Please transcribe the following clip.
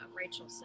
rachel